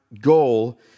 goal